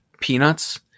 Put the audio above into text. Peanuts